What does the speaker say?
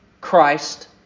Christ